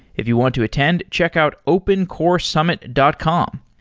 if you want to attend, check out opencoresummit dot com.